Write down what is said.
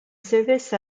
service